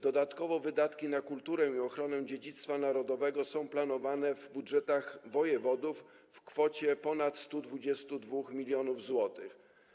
Dodatkowo wydatki na kulturę i ochronę dziedzictwa narodowego są planowane w budżetach wojewodów w kwocie ponad 122 mln zł.